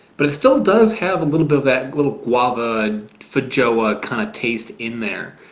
but it still does have a little bit of that little guava feijoa kind of taste in there,